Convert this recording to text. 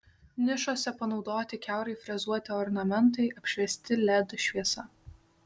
nišose panaudoti kiaurai frezuoti ornamentai apšviesti led šviesa